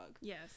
Yes